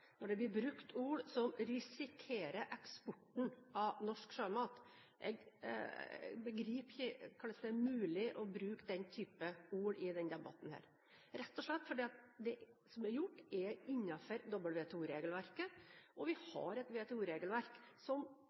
når det blir brukt ord som «å risikere» eksporten av norsk sjømat. Jeg begriper ikke hvordan det er mulig å bruke den typen ord i denne debatten, rett og slett fordi det som er gjort, er innenfor WTO-regelverket. Vi har et WTO-regelverk – som